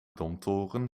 domtoren